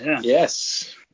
Yes